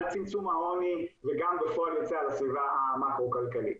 על צמצום העוני וגם כפועל יוצא על הסביבה המקרו הכלכלית.